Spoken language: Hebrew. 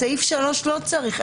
בסעיף 3 אין צורך בזה,